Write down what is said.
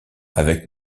avec